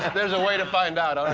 there's a way to find out. um